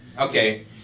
Okay